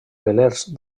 velers